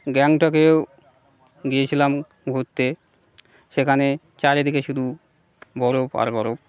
গ্যাংটাকেও গিয়েছিলাম ঘুরতে সেখানে চারিদিকে শুধু বরফ আর বরফ